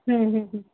हम्म हम्म